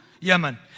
Yemen